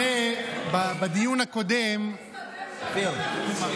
אדוני היושב-ראש,